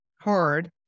hard